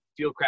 Fieldcraft